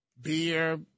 Beer